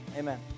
Amen